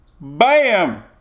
Bam